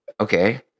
Okay